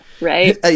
Right